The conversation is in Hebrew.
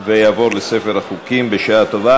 ויעבור לספר החוקים בשעה טובה.